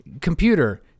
computer